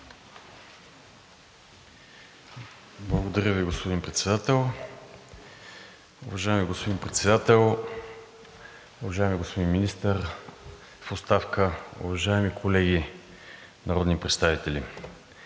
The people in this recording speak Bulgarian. Благодаря Ви, господин Председател. Уважаеми господин Председател, уважаеми господин Министър в оставка, уважаеми колеги народни представители!